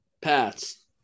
Pats